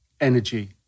energy